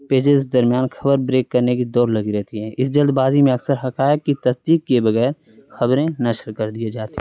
pages درمیان خبر break کرنے کی دوڑ لگی رہتی ہیں اس جلد بازی میں اکثر حقائق کی تصدیق کے بغیر خبریں نشر کر دیے جاتے